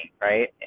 right